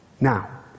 Now